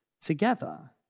together